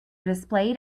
displayed